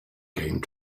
came